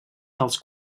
dels